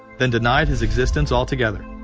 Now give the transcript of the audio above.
then denied his existence altogether.